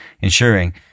ensuring